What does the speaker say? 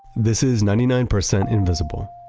this is ninety nine percent invisible.